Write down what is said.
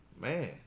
man